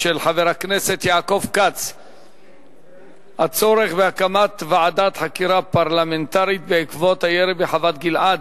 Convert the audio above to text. בנושא: הצורך בהקמת ועדת חקירה פרלמנטרית בנושא הירי בחוות-גלעד,